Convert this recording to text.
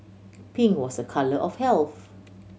pink was a colour of health